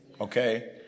Okay